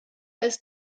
ist